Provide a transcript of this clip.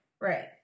Right